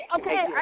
okay